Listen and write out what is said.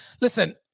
Listen